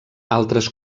altres